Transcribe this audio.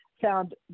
found